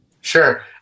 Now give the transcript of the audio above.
Sure